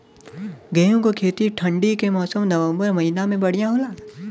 गेहूँ के खेती ठंण्डी के मौसम नवम्बर महीना में बढ़ियां होला?